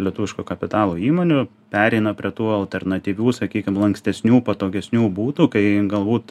lietuviško kapitalo įmonių pereina prie tų alternatyvių sakykim lankstesnių patogesnių būdų kai galbūt